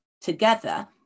together